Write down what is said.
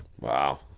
Wow